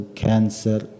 cancer